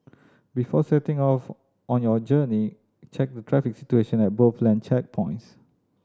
before setting off on your journey check the traffic situation at both land checkpoints